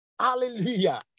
Hallelujah